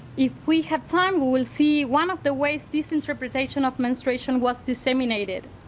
if we have time we will see one of the ways this interpretation of menstruation was disseminated.